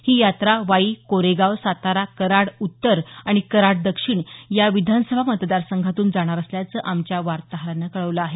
ही यात्रा वाई कोरेगाव सातारा कराड उत्तर आणि कराड दक्षिण या विधानसभा मतदारसंघांतून जाणार असल्याचं आमच्या वार्ताहरानं कळवलं आहे